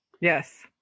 Yes